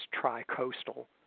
tri-coastal